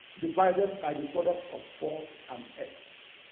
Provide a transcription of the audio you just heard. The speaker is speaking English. divided by the product of four and x.